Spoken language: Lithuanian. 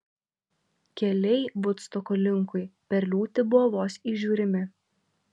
keliai vudstoko linkui per liūtį buvo vos įžiūrimi